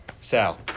Sal